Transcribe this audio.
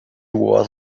was